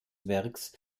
werks